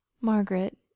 Margaret